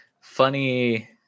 funny